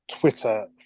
Twitter